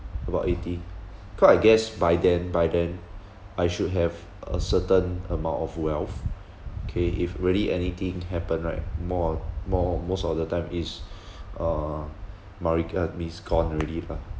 about eighty cause I guess by then by then I should have a certain amount of wealth K if really anything happen right more or mo~ most of the time is uh my regard means gone already lah